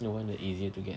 the [one] that easier to get